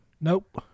nope